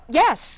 yes